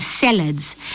salads